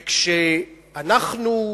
וכשאנחנו,